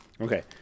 Okay